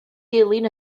dilyn